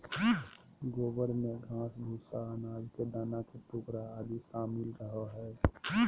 गोबर में घास, भूसे, अनाज के दाना के टुकड़ा आदि शामिल रहो हइ